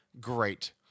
Great